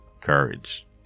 courage